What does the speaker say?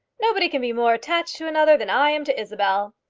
nobody can be more attached to another than i am to isabel,